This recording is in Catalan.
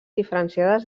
diferenciades